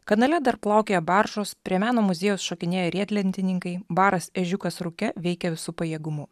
kanale dar plaukioja baržos prie meno muziejaus šokinėja riedlentininkai baras ežiukas rūke veikia visu pajėgumu